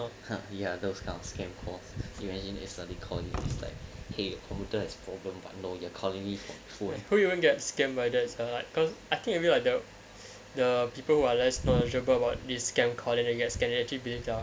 ya those kind of scam calls you went in a study corner like !hey! computer is problem but no you accordingly for food and pull you won't get scammed riders are like cause I think I real I doubt the people who are less knowledgeable about this scam coordinate guests can actually 蹩脚